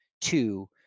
two